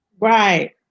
Right